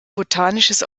botanisches